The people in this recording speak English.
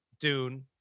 Dune